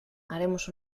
haremos